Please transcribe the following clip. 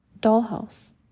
dollhouse